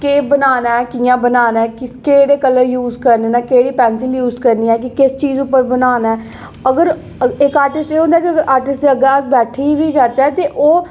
केह् बनाना कि'यां बनाना केह्ड़े कल्लर यूज करने केह्ड़ी पैंसिल यूज करनी किस अगर इक आर्टिस्ट जेह्ड़ा होंदा उस दे अग्गैै अस बैठी बी जाह्चै ते